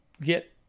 get